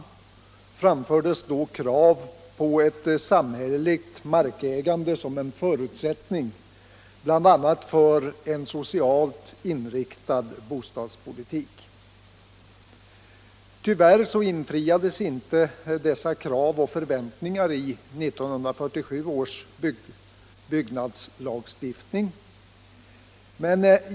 framfördes då krav på ett samhälleligt markägande som en förutsättning bl.a. för en socialt inriktad bostadspolitik. Tyvärr infriades inte dessa krav och förväntningar i 1947 års byggnadslagstiftning.